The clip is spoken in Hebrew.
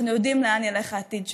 אנחנו יודעים לאן ילך העתיד שלנו.